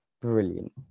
brilliant